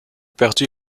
perdu